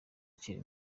akiri